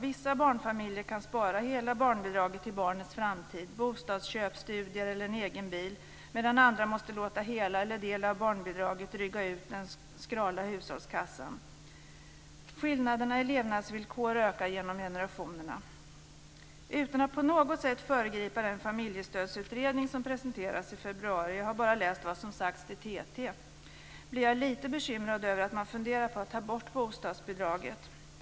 Vissa barnfamiljer kan spara hela barnbidraget till barnets framtid, till bostadsköp, studier eller en egen bil, medan andra måste låta hela eller delar av barnbidraget dryga ut den skrala hushållskassan. Skillnaderna i levnadsvillkor ökar genom generationerna. Utan att på något sätt föregripa den familjestödsutredning som presenteras i februari - jag har bara läst vad som sagts till TT - blir jag lite bekymrad över att man funderar på att ta bort bostadsbidraget.